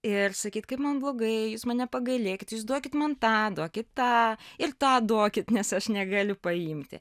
ir sakyt kaip man blogai jūs mane pagailėkit jūs duokit man tą duokit tą ir tą duokit nes aš negaliu paimti